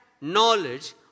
knowledge